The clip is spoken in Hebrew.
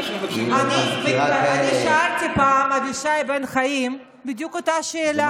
אני שאלתי את פעם את אבישי בן חיים בדיוק את אותה שאלה.